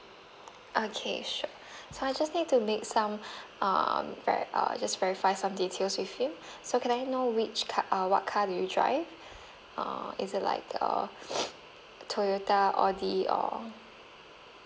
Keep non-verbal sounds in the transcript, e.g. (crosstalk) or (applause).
okay sure so I just need to make some um ver~ uh just verify some details with you so can I know which car uh what car do you drive uh is it like err (noise) toyota audi or